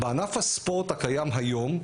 בענף הספורט הקיים היום,